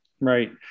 Right